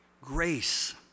Grace